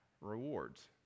rewards